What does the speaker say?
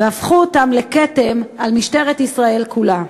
הפכו אותם לכתם על משטרת ישראל כולה.